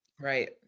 Right